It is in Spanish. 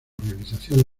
organización